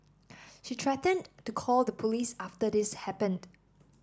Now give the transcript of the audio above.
she threatened to call the police after this happened